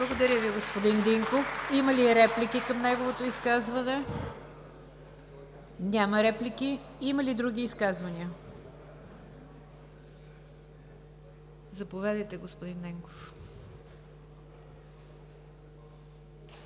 Благодаря Ви, господин Динков. Има ли реплики към неговото изказване? Няма. Има ли други изказвания? Заповядайте, господин Ненков.